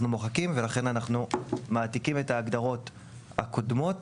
מוחקים ולכן אנחנו מעתיקים את ההגדרות הקודמות